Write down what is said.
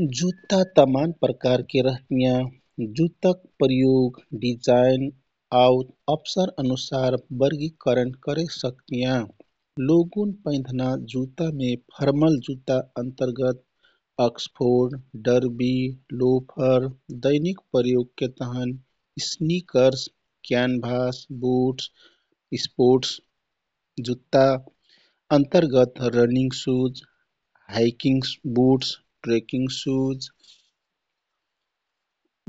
जुत्ता तमान प्रकारके रहतियाँ। जुत्ताक प्रयोग, डिजाइन आउ अबसर अनुसार बर्गिकरण करे सकतियाँ। लोगुन पैन्धना जुत्तामे फरमल जुत्ता अन्तरगत अक्सफोर्ड, डर्बि, लोफर, दैनिक प्रयोगके तहन स्नीकर्स, क्यानभास, बुट्स, स्पोर्टस जुत्ता अन्तरगत running shoes, hiking, boots, trekking सूज।